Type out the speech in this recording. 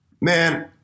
Man